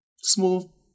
Small